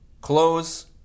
Close